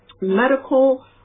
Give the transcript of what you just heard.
medical